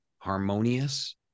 harmonious